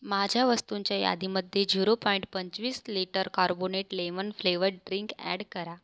माझ्या वस्तूंच्या यादीमध्ये झिरो पॉईंट पंचवीस litre carbonate lemon flavoured drink add करा